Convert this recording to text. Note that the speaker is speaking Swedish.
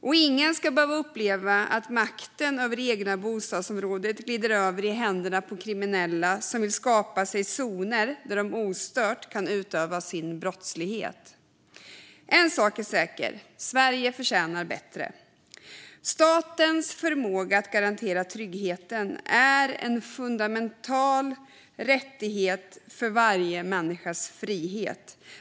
Och ingen ska behöva uppleva att makten över det egna bostadsområdet glider över i händerna på kriminella som vill skapa sig zoner där de ostört kan utöva sin brottslighet. En sak är säker: Sverige förtjänar bättre. Statens förmåga att garantera tryggheten är fundamental för varje människas frihet.